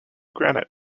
granite